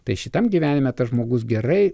tai šitam gyvenime tas žmogus gerai